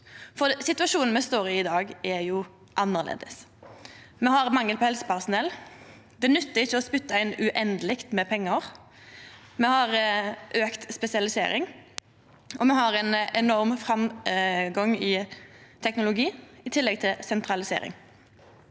Situasjonen me står i i dag, er jo annleis. Me har mangel på helsepersonell – det nyttar ikkje å spytta inn uendeleg med pengar – me har auka spesialisering, og me har ein enorm framgang i teknologi, i tillegg til sentralisering.